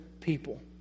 people